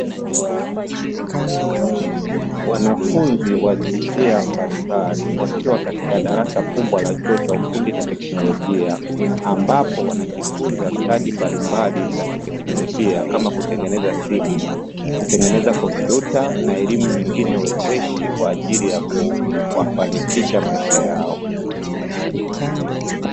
Wanafunzi wa jinsia mbalimbali wakiwa katika darasa kubwa la chuo cha ufundi na teknolojia, ambapo wanajifunza stadi mbalimbali za kiteknolojia kama kutengeneza simu, kutengeneza kompyuta na elimu nyingine wezeshi, kwa ajili ya kuwafanikisha maisha yao.